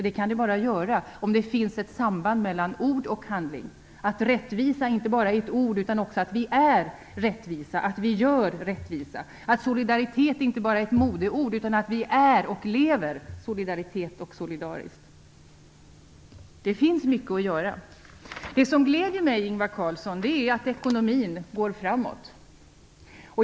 Det kan bara göras om det finns ett samband mellan ord och handling - att rättvisa inte bara är ett ord, utan att vi också är rättvisa och att vi gör det rättvisa, att solidaritet inte bara är ett modeord utan att vi är solidariska och lever solidariskt. Det finns mycket att göra. Det som gläder mig är att ekonomin går framåt.